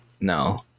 No